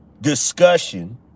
discussion